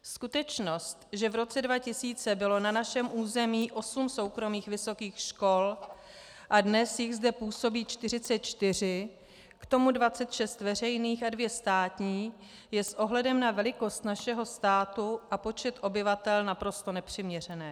Skutečnost, že v roce 2000 bylo na našem území 8 soukromých vysokých škol a dnes jich zde působí 44, k tomu 26 veřejných a 2 státní, je s ohledem na velikost našeho státu a počet obyvatel naprosto nepřiměřená.